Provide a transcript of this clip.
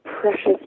precious